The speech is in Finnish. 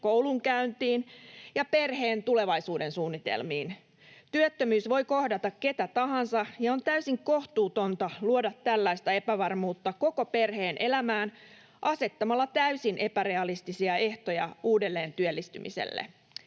koulunkäyntiin ja perheen tulevaisuudensuunnitelmiin. Työttömyys voi kohdata ketä tahansa, ja on täysin kohtuutonta luoda tällaista epävarmuutta koko perheen elämään asettamalla täysin epärealistisia ehtoja uudelleen työllistymiselle.